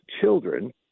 children